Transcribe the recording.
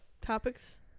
Topics